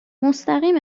مستقیم